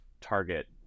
target